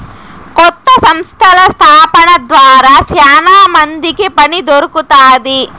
కొత్త సంస్థల స్థాపన ద్వారా శ్యానా మందికి పని దొరుకుతాది